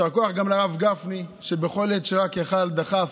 יישר כוח גם לרב גפני, שבכל עת שרק היה יכול, דחף,